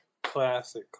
Classic